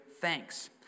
thanks